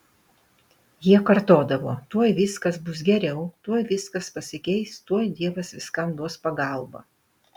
jie kartodavo tuoj viskas bus geriau tuoj viskas pasikeis tuoj dievas viskam duos pagalbą